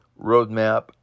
roadmap